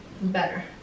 better